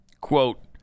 quote